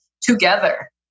together